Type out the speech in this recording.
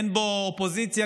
אין בו אופוזיציה,